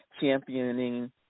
championing